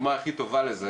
הדוגמה הכי טובה לזה